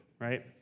right